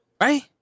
right